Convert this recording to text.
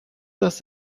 das